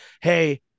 hey